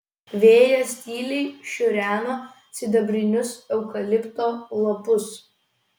vėjas tyliai šiureno sidabrinius eukalipto lapus